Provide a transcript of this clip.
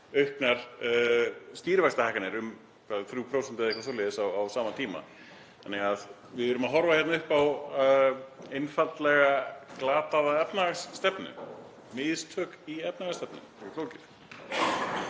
auknar stýrivaxtahækkanir, um 3% eða eitthvað svoleiðis á sama tíma. Þannig að við erum einfaldlega að horfa upp á glataða efnahagsstefnu, mistök í efnahagsstefnu.